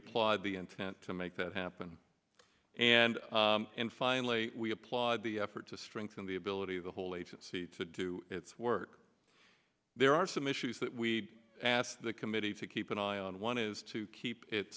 applaud the intent to make that happen and finally we applaud the effort to strengthen the ability of the whole agency to do its work there are some issues that we ask the committee to keep an eye on one is to keep it